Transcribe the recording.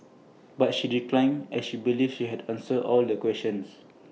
but she declined as she believes she had answered all the questions